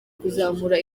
kuzamura